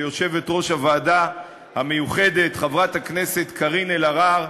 ליושבת-ראש הוועדה המיוחדת חברת הכנסת קארין אלהרר.